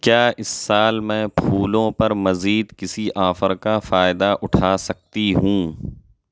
کیا اس سال میں پھولوں پر مزید کسی آفر کا فائدہ اٹھا سکتی ہوں